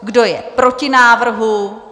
Kdo je proti návrhu?